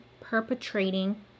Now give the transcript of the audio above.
perpetrating